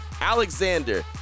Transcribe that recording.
Alexander